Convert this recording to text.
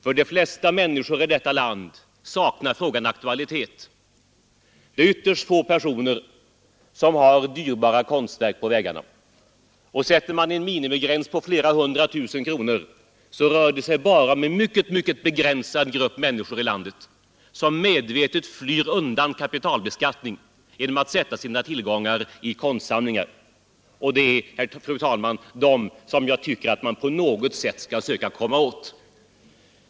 För de allra flesta människor i detta land saknar den frågan aktualitet, eftersom det är ytterst få personer som har dyrbara konstverk på väggarna. Om man sätter en minimigräns på flera hundratusen kronor, så rör det sig om en mycket, mycket begränsad grupp människor här i landet som medvetet flyr undan kapitalbeskattningen genom att placera sina tillgångar i konstsamlingar. Och det är just de människorna som jag tycker att man på något sätt skall komma åt.